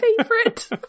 favorite